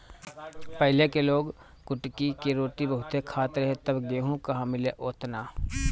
पहिले के लोग कुटकी के रोटी बहुते खात रहे तब गेहूं कहां मिले ओतना